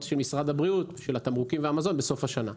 של משרד הבריאות של התמרוקים והמזון בסוף השנה.